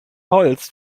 holz